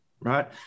right